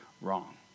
wrong